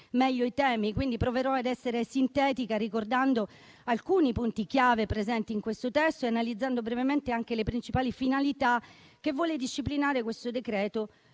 meglio i temi. Proverò quindi ad essere sintetica ricordando alcuni punti chiave presenti in questo testo e analizzando brevemente anche le principali finalità che esso vuole disciplinare, peraltro